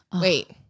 Wait